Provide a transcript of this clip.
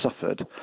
suffered